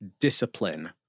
discipline